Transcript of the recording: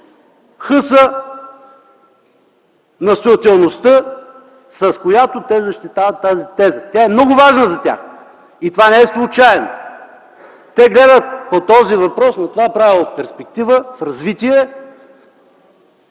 хъса, настоятелността, с която те защитават тази теза. Тя е много важна за тях и това не е случайно. Те гледат на този въпрос, на това правило в перспектива, в развитие,